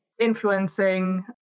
influencing